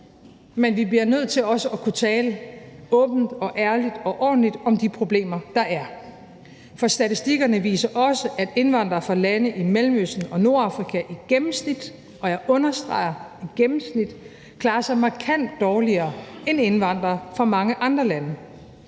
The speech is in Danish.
Men vi bliver nødt til også at kunne tale åbent og ærligt og ordentligt om de problemer, der er, for statistikkerne viser også, at indvandrere fra lande i Mellemøsten og Nordafrika i gennemsnit – og jeg understreger: i gennemsnit – klarer sig markant dårligere end indvandrere fra mange andre lande.